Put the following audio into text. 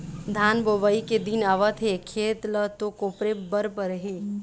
धान बोवई के दिन आवत हे खेत ल तो कोपरे बर परही